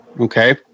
Okay